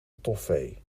toffee